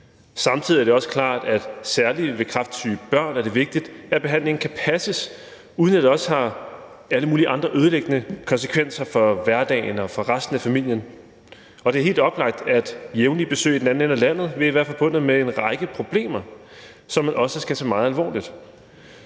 samtidig også klart, at særlig for kræftsyge børn er det vigtigt, at behandlingen kan passes, uden at det har alle mulige andre ødelæggende konsekvenser for hverdagen og for resten af familien. Det er helt oplagt, at jævnlige besøg i den anden ende af landet vil være forbundet med en række problemer, som man også skal tage meget alvorligt.